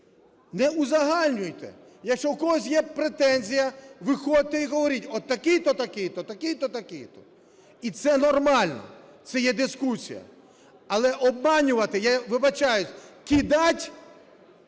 Не узагальнюйте. Якщо в когось претензія, виходьте і говоріть: от такий-то такий-то, такий-то такий-то. І це нормально, це є дискусія. Але обманювати… Я вибачаюсь, "кидать"